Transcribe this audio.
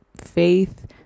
faith